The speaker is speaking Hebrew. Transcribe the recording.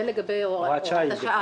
זה לגבי הוראת השעה.